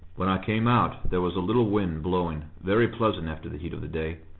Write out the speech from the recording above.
when i came out, there was a little wind blowing, very pleasant after the heat of the day,